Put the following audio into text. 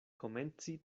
komenci